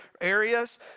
areas